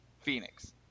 Phoenix